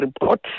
report